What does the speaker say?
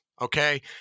Okay